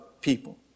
people